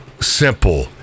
simple